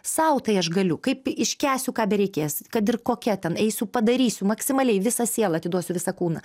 sau tai aš galiu kaip iškęsiu ką bereikės kad ir kokia ten eisiu padarysiu maksimaliai visą sielą atiduosiu visą kūną